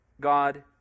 God